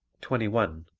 twenty one.